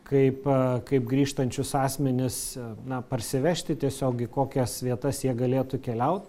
kaip kaip grįžtančius asmenis na parsivežti tiesiog į kokias vietas jie galėtų keliaut